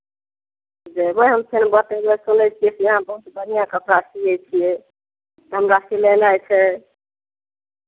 जेबै हम सिलबय ताहि दुआरे सुनै छियै कि अहाँ बहुत बढ़िआँ कपड़ा सियै छियै हमरा सिलेनाइ छै